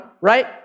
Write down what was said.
right